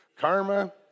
karma